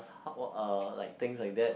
how uh like things like that